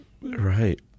right